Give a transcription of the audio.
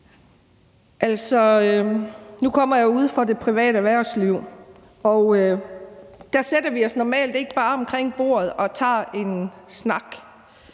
nu kommer jeg ude fra det private erhvervsliv, og der sætter vi os normalt ikke bare omkring bordet og tager en snak.